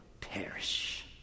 perish